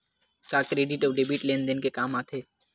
का क्रेडिट अउ डेबिट लेन देन के काम आथे?